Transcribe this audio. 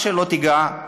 מה שלא תיגע,